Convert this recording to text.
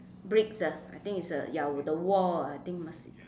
bricks ah I think it's uh ya with the wall I think ya must